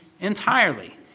entirely